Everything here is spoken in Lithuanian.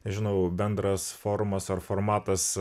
žinau bendras forumas ar formatas